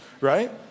right